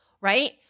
right